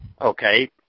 okay